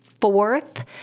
fourth